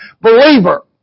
Believer